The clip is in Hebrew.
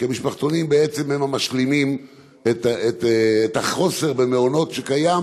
כי המשפחתונים בעצם משלימים את החוסר במעונות שקיים